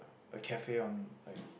a cafe on like